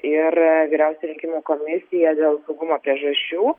ir vyriausia rinkimų komisija dėl saugumo priežasčių